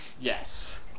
Yes